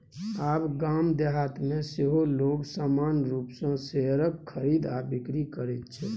आब गाम देहातमे सेहो लोग सामान्य रूपसँ शेयरक खरीद आ बिकरी करैत छै